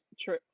True